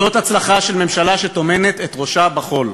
זאת הצלחה של ממשלה שטומנת את ראשה בחול.